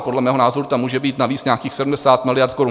Podle mého názoru tam může být navíc nějakých 70 miliard korun.